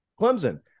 Clemson